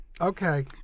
Okay